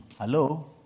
Hello